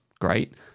great